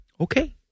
Okay